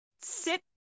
sit